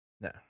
No